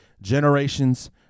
generations